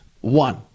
One